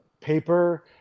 paper